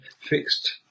fixed